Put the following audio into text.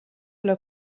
alla